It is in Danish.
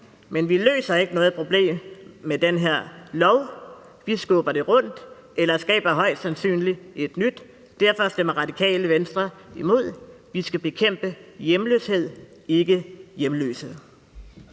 men vi løser ikke noget problem med den her lov. Vi skubber det rundt eller skaber højst sandsynligt et nyt. Derfor stemmer Radikale Venstre imod. Vi skal bekæmpe hjemløshed, ikke hjemløse.